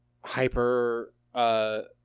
hyper